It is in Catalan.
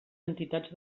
entitats